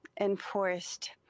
enforced